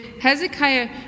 Hezekiah